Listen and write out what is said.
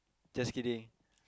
just kidding